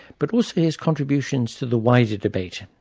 but also his contributions to the wider debate,